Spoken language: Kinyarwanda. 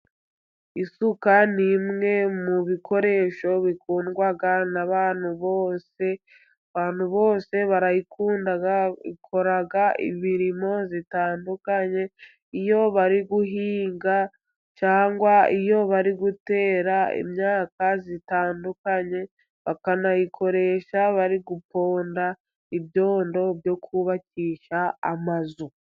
Isuka ni imwe mu bikoresho bikundwa n'abantu bose, abantu bose barayikunda, ikora imirimo itandukanye, iyo bari guhinga cyangwa iyo bari gutera imyaka itandukanye, bakanayikoresha bari guponda ibyondo byo kubakisha amazu.